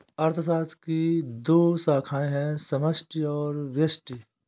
अर्थशास्त्र की दो शाखाए है समष्टि और व्यष्टि